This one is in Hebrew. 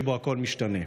הרגע שבו הכול משתנה.